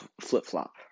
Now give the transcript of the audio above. flip-flop